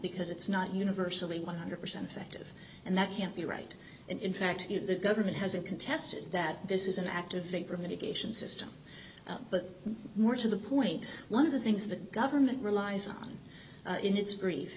because it's not universally one hundred percent effective and that can't be right and in fact the government hasn't been tested that this is an active thinker medication system but more to the point one of the things that government relies on in its grief